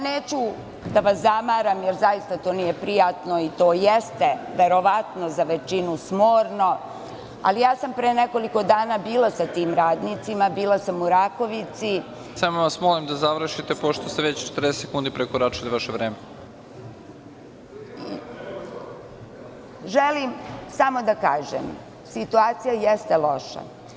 Neću da vas zamaram, jer zaista to nije prijatno i to jeste verovatno za većinu smorno, ali ja sam pre nekoliko dana bila sa tim radnicima, bila sam u Rakovici, (Predsednik: Samo vas molim da završite pošto ste već 40 sekundi prekoračili vaše vreme.) Želim samo da kažem da je situacija loša.